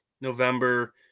November